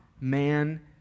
man